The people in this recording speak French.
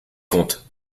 comptes